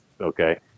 okay